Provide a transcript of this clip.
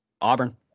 Auburn